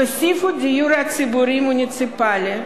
תוסיפו דיור ציבורי מוניציפלי,